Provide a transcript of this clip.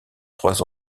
trois